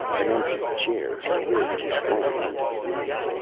an empty chair slid to one end of the room.